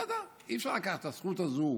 בסדר, אי-אפשר לקחת את הזכות הזו.